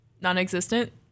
Non-existent